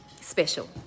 special